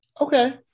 okay